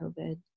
COVID